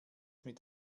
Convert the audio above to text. mit